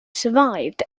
survived